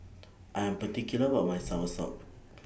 I Am particular about My Soursop